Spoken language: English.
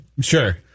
Sure